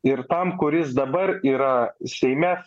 ir tam kuris dabar yra seime